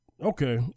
Okay